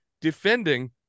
defending